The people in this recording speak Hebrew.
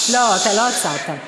לא, אתה לא עצרת.